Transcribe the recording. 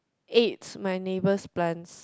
ate my neighbour plants